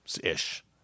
Ish